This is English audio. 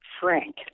Frank